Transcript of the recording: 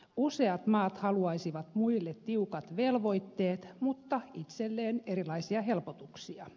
useat maat haluaisivat muille tiukat velvoitteet mutta itselleen erilaisia helpotuksia